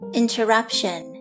interruption